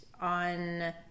on